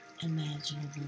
imaginable